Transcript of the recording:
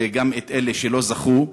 וגם את אלה שלא זכו.